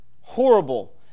Horrible